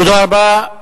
תודה רבה.